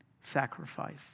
Sacrifice